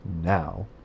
now